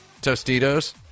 Tostitos